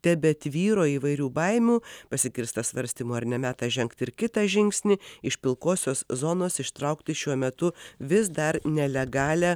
tebetvyro įvairių baimių pasigirsta svarstymų ar ne metas žengt ir kitą žingsnį iš pilkosios zonos ištraukti šiuo metu vis dar nelegalią